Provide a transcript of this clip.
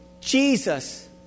Jesus